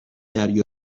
دریایی